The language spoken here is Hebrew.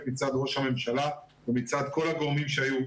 מצד ראש הממשלה ומצד כל הגורמים שהיו.